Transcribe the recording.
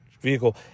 vehicle